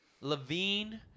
Levine